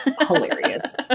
hilarious